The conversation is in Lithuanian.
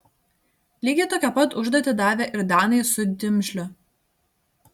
lygiai tokią pat užduotį davė ir danai su dimžliu